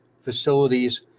facilities